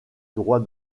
droit